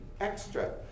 extra